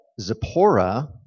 Zipporah